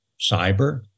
cyber